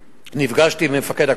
נפגשתי עם מפקד הכוח,